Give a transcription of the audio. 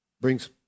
brings